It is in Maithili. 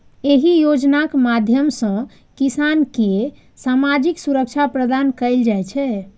एहि योजनाक माध्यम सं किसान कें सामाजिक सुरक्षा प्रदान कैल जाइ छै